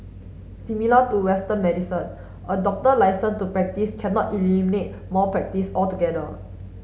similar to western medicine a doctor licence to practise cannot eliminate malpractice altogether